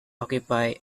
occupy